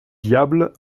diable